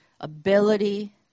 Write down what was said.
ability